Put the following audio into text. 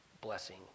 blessing